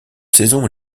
saison